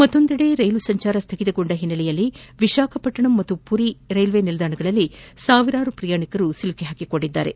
ಮತ್ತೊಂದೆಡೆ ರೈಲು ಸಂಚಾರ ಸ್ಥಗಿತಗೊಂಡ ಹಿನ್ನೆಲೆಯಲ್ಲಿ ವಿಶಾಖಪಟ್ಟಣಂ ಮತ್ತು ಪುರಿ ರೈಲ್ವೆ ನಿಲ್ದಾಣಗಳಲ್ಲಿ ಸಾವಿರಾರು ಪ್ರಯಾಣಿಕರು ಸಿಕ್ಕಿಹಾಕಿಕೊಂಡಿದ್ದಾರೆ